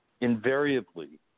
invariably